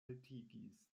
haltigis